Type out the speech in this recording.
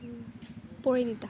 Parinita